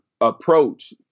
approach